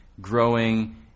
growing